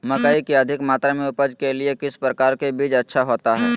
मकई की अधिक मात्रा में उपज के लिए किस प्रकार की बीज अच्छा होता है?